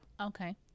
okay